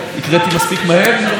הקראתי מספיק מהר, גברתי?